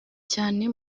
cyane